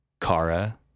Kara